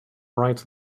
rights